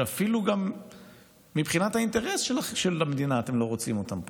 שאפילו מבחינת האינטרס של המדינה אתם לא רוצים אותם פה.